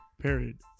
Period